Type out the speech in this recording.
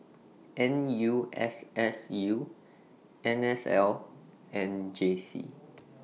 N U S S U N S L and J C